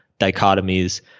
dichotomies